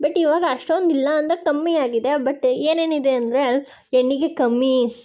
but ಇವಾಗ ಅಷ್ಟೊಂದು ಇಲ್ಲ ಅಂದ್ರೆ ಕಮ್ಮಿ ಆಗಿದೆ ಬಟ್ ಏನೇನಿದೆ ಅಂದರೆ ಹೆಣ್ಣಿಗೆ ಕಮ್ಮಿ